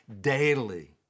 daily